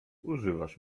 używasz